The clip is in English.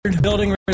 building